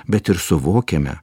bet ir suvokiame